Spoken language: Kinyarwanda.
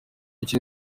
iki